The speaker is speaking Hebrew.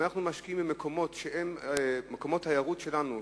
אם אנחנו משקיעים במקומות שהם מקומות התיירות שלנו,